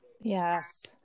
Yes